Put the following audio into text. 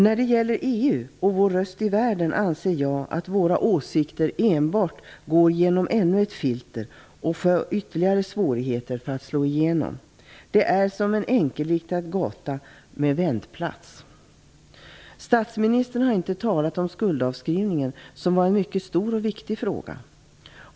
När det gäller EU och vår röst i världen anser jag att våra åsikter enbart går genom ännu ett filter och att det blir ytterligare svårigheter att kunna slå igenom. Det är som en enkelriktad gata med vändplats. Statsministern har inte talat om skuldavskrivningen, som var en mycket stor och viktig fråga.